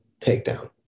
takedown